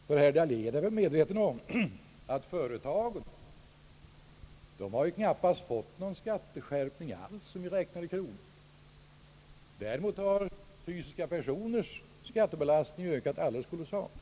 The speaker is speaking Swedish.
Herr Dahlén bör ju ha klart för sig att företagen knappast fått någon skatteskärpning alls i kronor räknat, medan däremot fysiska personers skattebelastning har ökat alldeles kolossalt.